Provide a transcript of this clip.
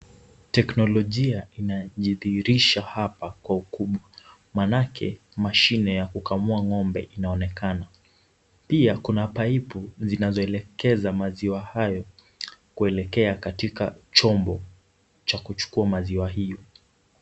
Teknolojia inajidhihirisha hapa kwa ukubwa, maanake mashine ya kukamua ng'ombe inaonekana. Pia kuna paipu zinazoelekeza maziwa hayo, kuelekea katika chombo cha kuchukua maziwa hiyo.